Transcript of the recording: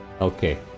Okay